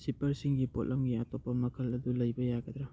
ꯁꯤꯞꯄꯔꯁꯤꯡꯒꯤ ꯄꯣꯠꯂꯝꯒꯤ ꯑꯇꯣꯞꯄ ꯃꯈꯜ ꯑꯗꯨ ꯂꯩꯕ ꯌꯥꯒꯗ꯭ꯔꯥ